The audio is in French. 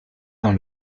dans